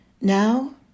Now